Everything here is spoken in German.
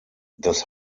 das